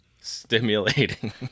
stimulating